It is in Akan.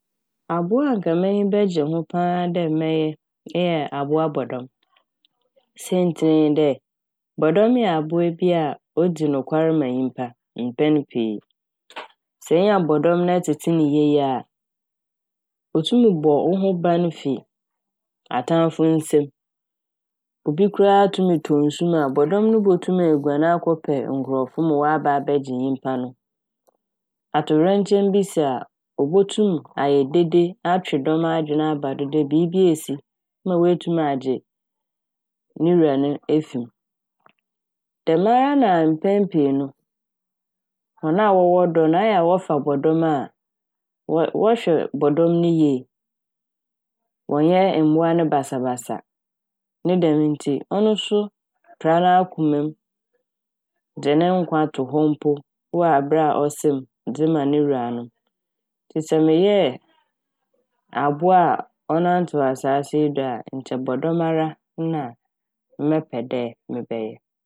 Abowa a anka m'enyi bɛgye ho paa dɛ mɛyɛ eyɛ abowa bɔdɔm. Saintsir nye dɛ bɔdɔm yɛ abowa bi a odzi nokwar ma nyimpa mpɛn pii. Sɛ inya bɔdɔm na etsetse ne yie a otum ɔbɔ wo ho ban fi atamfo nsamu. Obi koraa a tum tɔ nsu mu a bɔdɔm no botum eguan akɔpɛ nkorɔfo ma wɔaba abɛgye nyimpa no. Atowerɛnkyɛm bi si a obotum ayɛ dede atwe dɔm adwen aba do dɛ biibi esi ma woetum agye ne wura no efi m'. Dɛmara na mpɛn pii no hɔn a wɔwɔ dɔ no ɛyɛɛ a wɔfa bɔdɔm a wɔhwɛ bɔdɔm ne yie wɔnnyɛ mbowa no basabasa. Ne dɛm ntsi ɔno so pra n'akoma m' de ne nkwa tɔ mpo wɔ aber a ɔsa m' de ma no wuranom. Ntsi sɛ meyɛɛ abowa a ɔnantsew asaase yi do a nkyɛ bɔdɔm ara na mɛbɛpɛ dɛ mɛyɛ.